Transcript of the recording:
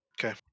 okay